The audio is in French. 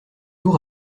nous